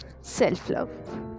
self-love